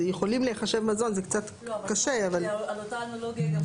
אתה צריך לתת סמכות למנהל המזון ליותר דברים